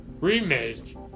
Remake